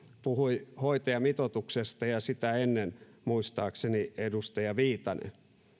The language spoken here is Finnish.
puhui hoitajamitoituksesta ja sitä ennen muistaakseni edustaja viitanen